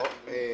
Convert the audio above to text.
שומעים.